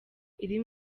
iri